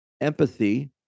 empathy